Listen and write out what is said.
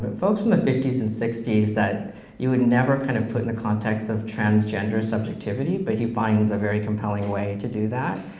but folks from the fifty s and sixty s that you would never kind of put in the context of transgender subjectivity, but he finds a very compelling way to do that,